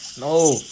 no